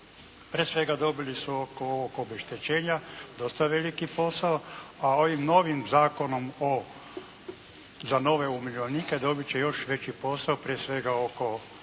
Prije svega dobili su oko obeštećenja dosta veliki posao, a ovim novim Zakonom o, za nove umirovljenike dobit će još veći posao prije svega oko